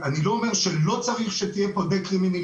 אני לא אומר שלא צריך שתהיה פה דה קרימינליזציה,